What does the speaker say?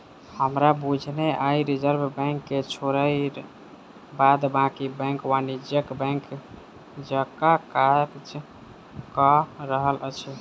हमरा बुझने आइ रिजर्व बैंक के छोइड़ बाद बाँकी बैंक वाणिज्यिक बैंक जकाँ काज कअ रहल अछि